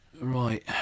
right